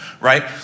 right